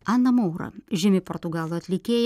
ana maura žymi portugalų atlikėja